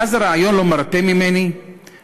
מאז הרעיון לא מרפה ממני,